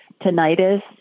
tinnitus